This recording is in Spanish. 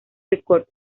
records